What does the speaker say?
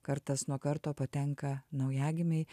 kartas nuo karto patenka naujagimiai